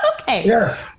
Okay